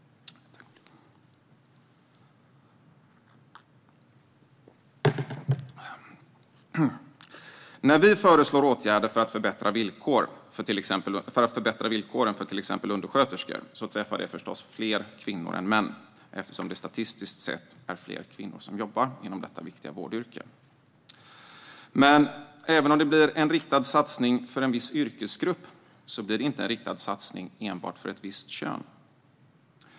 När vi föreslår åtgärder för att förbättra villkoren för till exempel undersköterskor träffar det förstås fler kvinnor än män, eftersom det statistiskt sett är fler kvinnor som jobbar inom detta viktiga vårdyrke. Men även om det blir en riktad satsning för en viss yrkesgrupp blir det inte en riktad satsning enbart för ett visst kön.